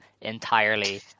entirely